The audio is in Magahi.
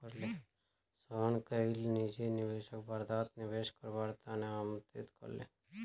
सोहन कईल निजी निवेशकक वर्धात निवेश करवार त न आमंत्रित कर ले